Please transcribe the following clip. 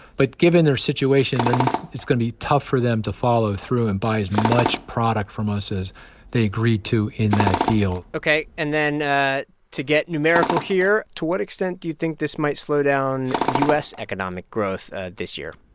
but given their situation, it's going to be tough for them to follow through and buy as much product from us as they agreed to in that deal ok. and then to get numerical here, to what extent do you think this might slow down u s. economic growth this year?